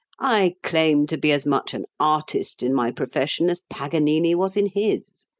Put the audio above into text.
i claim to be as much an artist in my profession as paganini was in his,